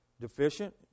deficient